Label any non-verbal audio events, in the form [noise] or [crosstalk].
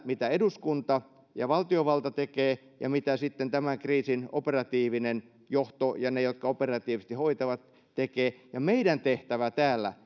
mitä eduskunta ja valtiovalta tekevät siitä mitä sitten tämän kriisin operatiivinen johto ja ne jotka operatiivisesti hoitavat tekevät ja meidän tehtävämme täällä [unintelligible]